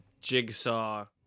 Jigsaw